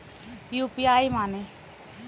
UPI माने?